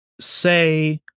say